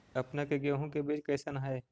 अपने के गेहूं के बीज कैसन है?